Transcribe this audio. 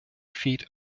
feet